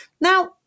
Now